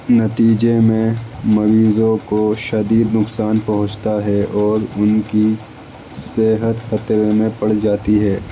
نتیجے میں مریضوں کو شدید نقصان پہنچتا ہے اور ان کی صحت خطرے میں پڑ جاتی ہے